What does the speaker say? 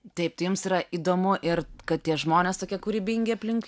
taip tai jums yra įdomu ir kad tie žmonės tokie kūrybingi aplink